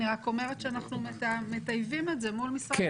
אני רק אומרת שאנחנו מטייבים את זה מול משרד התחבורה.